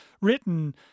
written